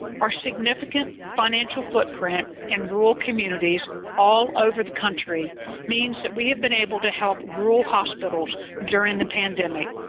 our significant financial footprint in rural communities all over the country means that we have been able to help rural hospitals during the pandemic,